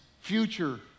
future